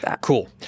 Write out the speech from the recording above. Cool